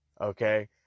Okay